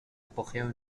apogeo